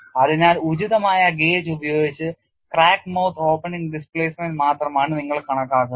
അതിനാൽ ഉചിതമായ ഗേജ് ഉപയോഗിച്ച് crack mouth opening displacement മാത്രമാണ് നിങ്ങൾ കണക്കാക്കുന്നത്